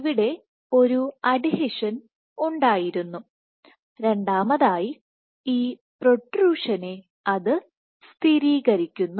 ഇവിടെ ഒരു അഡ്ഹീഷൻAdheshion ഉണ്ടായിരുന്നു രണ്ടാമതായി ഈ പ്രൊട്രുഷനെ സ്ഥിരീകരിക്കുന്നു